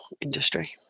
industry